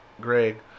Greg